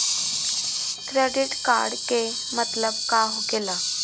Credit card के मतलब का होकेला?